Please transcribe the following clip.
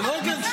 זה לא הוגן.